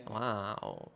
!wow!